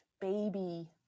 baby